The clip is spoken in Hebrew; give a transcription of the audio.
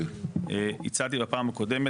הצעתי בפעם הקודמת,